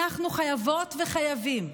אנחנו חייבות וחייבים,